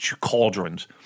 cauldrons